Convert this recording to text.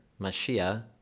Mashiach